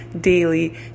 daily